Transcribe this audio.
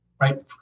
right